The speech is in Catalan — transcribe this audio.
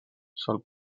sol